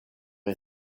est